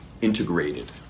integrated